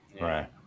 Right